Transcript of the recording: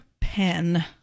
pen